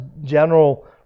general